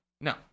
No